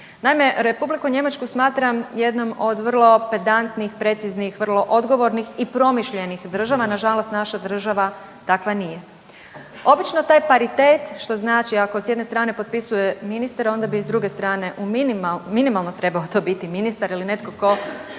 Naime Republiku Njemačku smatram jednom od vrlo pedantnih, preciznih, vrlo odgovornih i promišljenih država. Na žalost naša država takva nije. Obično taj paritet što znači ako s jedne strane potpisuje ministar onda bi s druge strane minimalno trebao to biti ministar ili netko tko